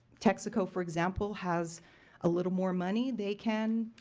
texico, for example, has a little more money. they can